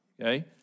okay